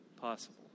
possible